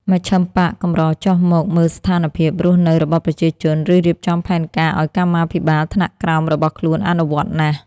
មជ្ឈិមបក្សកម្រចុះមកមើលស្ថានភាព រស់នៅរបស់ប្រជាជន ឬរៀបចំផែនការឱ្យកម្មាភិបាលថ្នាក់ក្រោមរបស់ខ្លួនអនុវត្តណាស់។